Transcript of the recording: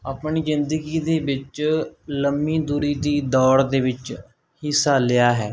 ਆਪਣੀ ਜ਼ਿੰਦਗੀ ਦੇ ਵਿੱਚ ਲੰਮੀ ਦੂਰੀ ਦੀ ਦੌੜ ਦੇ ਵਿੱਚ ਹਿੱਸਾ ਲਿਆ ਹੈ